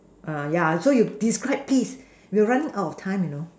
uh yeah so you describe please we're running out of time you know